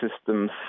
systems